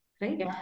right